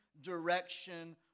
direction